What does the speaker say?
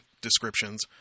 descriptions